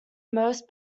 most